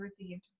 received